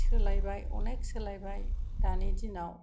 सोलायबाय अनेख सोलायबाय दानि दिनाव